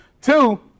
Two